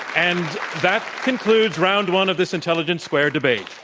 and that concludes round one of this intelligence squared debate.